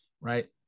Right